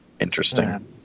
interesting